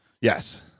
yes